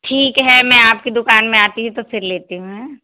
ठीक है मैं आपकी दुकान में आती हूँ तो फिर लेती हूँ हैं